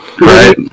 Right